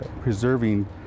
preserving